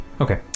Okay